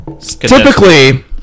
Typically